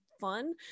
fun